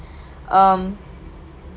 um